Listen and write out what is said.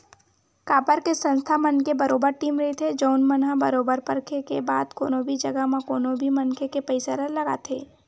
काबर के संस्था मन के बरोबर टीम रहिथे जउन मन ह बरोबर परखे के बाद कोनो भी जघा म कोनो भी मनखे के पइसा ल लगाथे